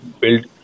build